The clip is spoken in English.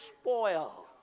spoil